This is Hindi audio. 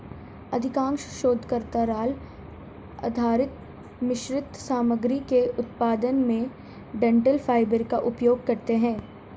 अधिकांश शोधकर्ता राल आधारित मिश्रित सामग्री के उत्पादन में डंठल फाइबर का उपयोग करते है